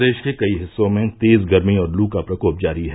प्रदेश के कई हिस्सों में तेज गर्मी और लू का प्रकोप जारी है